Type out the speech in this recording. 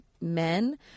men